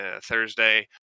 thursday